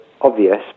obvious